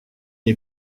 est